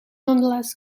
nonetheless